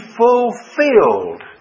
fulfilled